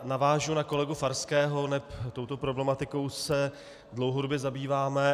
Navážu na kolegu Farského, neb touto problematikou se dlouhodobě zabýváme.